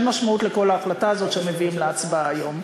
משמעות לכל ההחלטה הזאת שמביאים להצבעה היום.